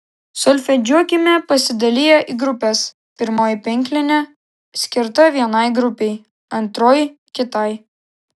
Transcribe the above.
solfedžiuokime pasidaliję į grupes pirmoji penklinė skirta vienai grupei antroji kitai